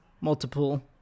multiple